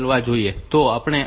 તો આપણે આ રીતે 17